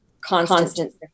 constant